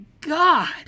god